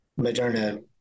Moderna